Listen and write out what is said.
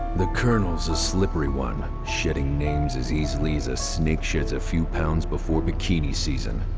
the colonel's a slippery one, shedding names as easily as a snake sheds a few pounds before bikini season.